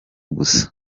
gusa